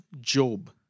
Job